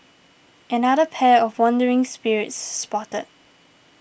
another pair of wandering spirits spotted